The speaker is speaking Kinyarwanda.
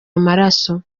amaraso